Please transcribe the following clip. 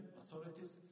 authorities